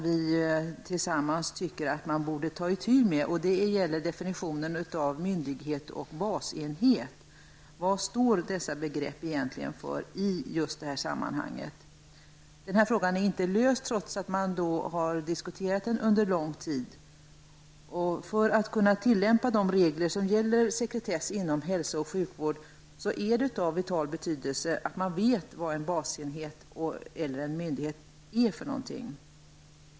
Vi anser båda att man borde ta itu med detta problem, som gäller definitionen av begreppen ''myndighet'' och ''basenhet''. Vad står dessa begrepp egentligen för i just det här sammanhanget? Denna fråga är inte löst, trots att den har diskuterats under lång tid. För att kunna tillämpa de regler som gäller sekretessen inom hälso och sjukvård är det av vital betydelse att man vet vad en basenhet och en myndighet är för någonting.